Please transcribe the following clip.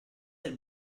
del